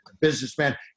businessman